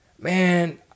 man